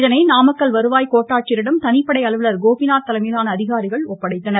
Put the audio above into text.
இதனை நாமக்கல் வருவாய் கோட்டாட்சியரிடம் தனிப்படை அலுவலர் கோபிநாத் தலைமையிலான அதிகாரிகள் ஒப்படைத்தனர்